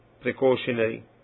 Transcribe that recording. precautionary